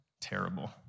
Terrible